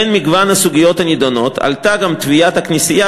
בין מגוון הסוגיות הנדונות עלתה גם תביעת הכנסייה